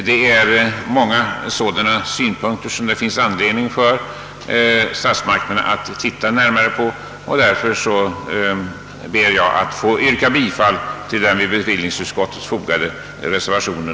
Det finns många sådana synpunkter som statsmakterna har anledning att beakta, och därför ber jag att få yrka bifall till reservationen.